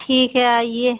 ठीक है आइए